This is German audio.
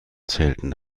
zählten